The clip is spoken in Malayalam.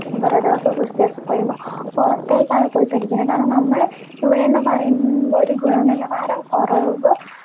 ബ്രദേഴ്സ് സിസ്റ്റേഴ്സ് പറയുമ്പോൾ പുറത്തേയ്ക്കാണ് പോയി പഠിക്കുന്നത് കാരണം നമ്മൾ ഇവിടെയെന്നു പറയുമ്പോൾ ഒരു ഗുണനിലവാരം കുറവ്